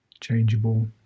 changeable